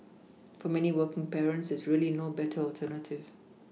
for many working parents there's really no better alternative